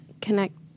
connect